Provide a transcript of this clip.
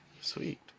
Sweet